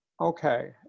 okay